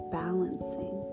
balancing